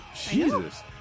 Jesus